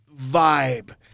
vibe